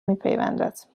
میپیوندد